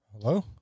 hello